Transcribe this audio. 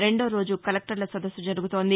రెండో రోజు కలెక్టర్ల సదస్సు జరుగుతోంది